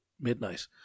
midnight